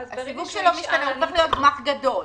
שלו משתנה, הוא הופך להיות גמ"ח גדול.